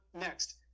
next